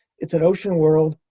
it's an ocean world.